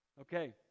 Okay